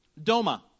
doma